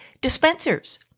dispensers